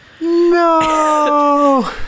No